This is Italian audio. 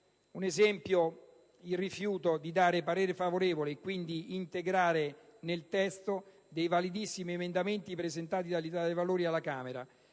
atteggiamento è il rifiuto di dare parere favorevole, impedendo quindi di integrarli nel testo, a dei validissimi emendamenti presentati dall'Italia dei Valori alla Camera.